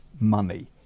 money